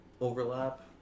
overlap